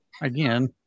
again